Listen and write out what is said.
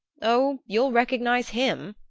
oh, you'll recognize him,